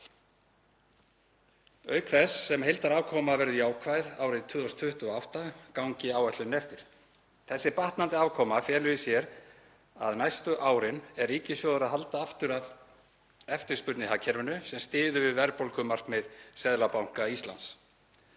auk þess sem heildarafkoma verður jákvæð árið 2028 gangi áætlunin eftir. Þessi batnandi afkoma felur í sér að næstu árin er ríkissjóður að halda aftur af eftirspurn í hagkerfinu sem styður við verðbólgumarkmið Seðlabanka Íslands.